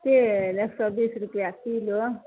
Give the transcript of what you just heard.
तेल एक सए बीस रुपआ किलो